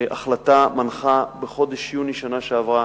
מנחה בחודש יוני בשנה שעברה.